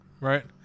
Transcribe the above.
Right